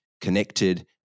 connected